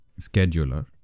scheduler